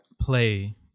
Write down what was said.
play